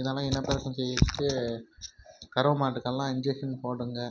இதெல்லாம் இனப்பெருக்கம் செய்யறத்துக்கு கறவை மாட்டுக்கெல்லாம் இன்ஜெக்ஷன் போடுங்க